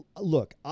look